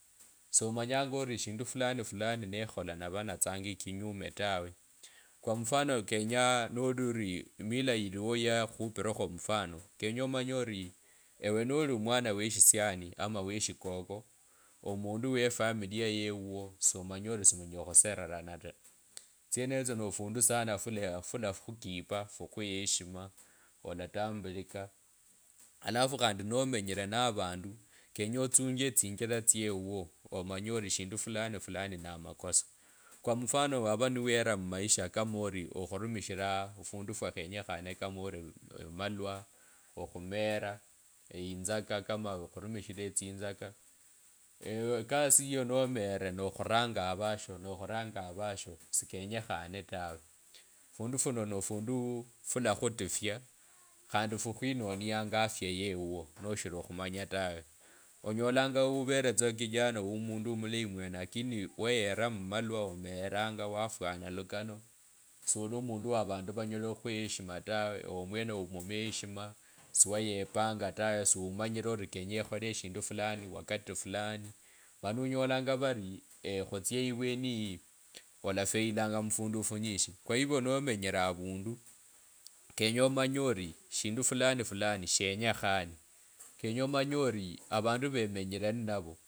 Somanyanga ori shindu fulani fulani nekhola nava natsanga ekinyume tawe kw mfano kenye noli orie emila iliyo ya khupirakho amufano kenye amanye ori ewe noli omwana weshisiana ama weshikoko omundu we familia yiyo somanyari simu nyala okhuserirana ta, tsinotsyo no fundu sana fulee fulakhakipa khukhweheshima olatambulika alafu khandi nomenyire na vandu kenye otsunge tsinjira tsieui omanye ori shindu fulani nende fulani noa makosa kwa mfano ove niwira mmaisha kama ori orumushira ofundu fukhenyekhane kama ori amalwa khumela eitsaka kama ori okhurumishira etsitsaka ewe kasi iyo nomeere nokhuranga avatsyo nokhuranga avatsyo sikenyekhana tawe fundu funo nofundu fulakhutufia khandi fukhwinonilanga afya yeio noshili khumanya tawe onyalanga uvere tsa kijana mundu mulayi mwene lakini weyeraa tsa mumalwa omelanga wafwana lukano sili omundu wa vandu vanyela khuwa heshima taa ewe mwene ovulakho heshima siweyepanga tawe siumanyile kenye ekholee shindu fulani wakati fulani mani onyalanga varii khutsia ivyenu eii alafailanga mufundu fulani kw hivyo nomenyile avandu kenye omanye ori shindu fulani shenyekhane kenye omanyeori awandu vemenyire nnavo.